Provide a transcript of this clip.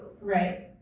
Right